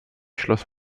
schloss